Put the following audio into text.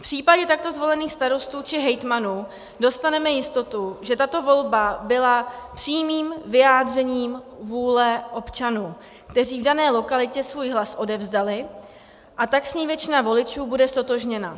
V případě takto zvolených starostů či hejtmanů dostaneme jistotu, že tato volba byla přímým vyjádřením vůle občanů, kteří v dané lokalitě svůj hlas odevzdali, a tak s ní většina voličů bude ztotožněna.